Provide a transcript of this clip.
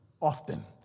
often